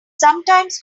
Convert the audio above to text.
sometimes